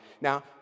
Now